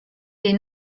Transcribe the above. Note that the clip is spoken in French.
des